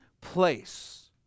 place